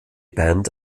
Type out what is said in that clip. band